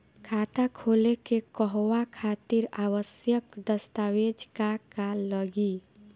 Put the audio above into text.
खाता खोले के कहवा खातिर आवश्यक दस्तावेज का का लगी?